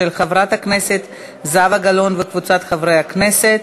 של חברת הכנסת זהבה גלאון וקבוצת חברי הכנסת.